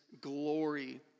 glory